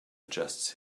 adjusts